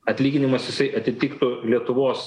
atlyginimas jisai atitiktų lietuvos